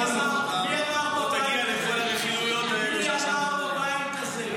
מגיע לכל הרכילויות האלה --- מי אמר בבית הזה?